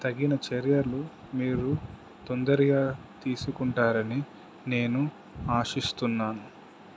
తగిన చర్యలు మీరు తొందరగా తీసుకుంటారని నేను ఆశిస్తున్నాను